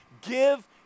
Give